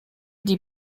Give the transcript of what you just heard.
die